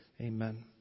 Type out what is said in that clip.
Amen